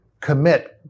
commit